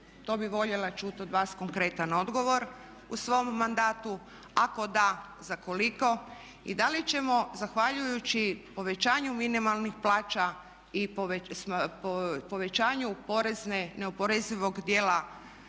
to bi voljela čuti od vas konkretan odgovor u svom mandatu? Ako da za koliko i da li ćemo zahvaljujući povećanju minimalnih plaća i povećanju neoporezivog djela